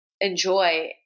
enjoy